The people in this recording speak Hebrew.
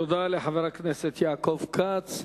תודה לחבר הכנסת יעקב כץ.